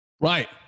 Right